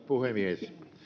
puhemies